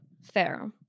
fair